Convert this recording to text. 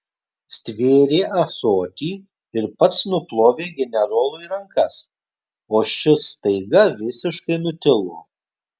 stvėrė ąsotį ir pats nuplovė generolui rankas o šis staiga visiškai nutilo